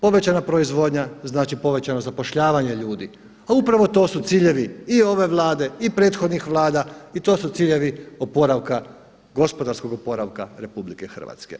Povećanja proizvodnja znači povećano zapošljavanje ljudi, a upravo to su ciljevi i ove Vlade i prethodnih vlada i to su ciljevi gospodarskog oporavka RH.